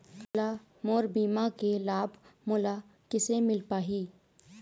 मोला मोर बीमा के लाभ मोला किसे मिल पाही?